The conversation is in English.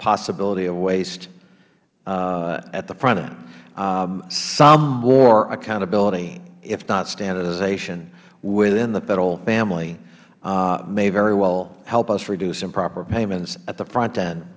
possibility of waste at the front end some more accountability if not standardization within the federal family may very well help us reduce improper payments at the front end